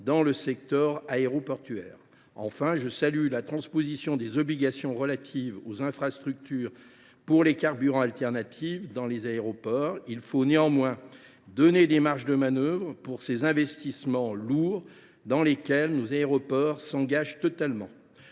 dans le secteur aéroportuaire. Enfin, je salue la transposition des obligations relatives aux infrastructures pour les carburants alternatifs dans les aéroports. Il faut néanmoins donner des marges de manœuvre pour ces investissements lourds, dans lesquels nos aéroports s’engagent totalement.